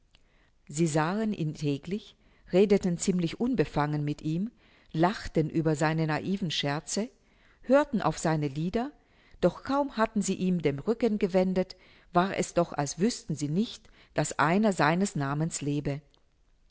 sie sahen ihn täglich redeten ziemlich unbefangen mit ihm lachten über seine naiven scherze hörten auf seine lieder doch kaum hatten sie ihm den rücken gewendet war es doch als wüßten sie nicht daß einer seines namens lebe